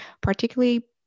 particularly